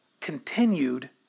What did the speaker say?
continued